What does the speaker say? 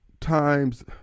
times